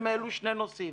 הם העלו שני נושאים: